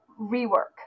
rework